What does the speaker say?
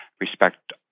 respect